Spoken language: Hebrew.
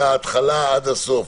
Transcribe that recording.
מההתחלה עד הסוף,